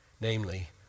Namely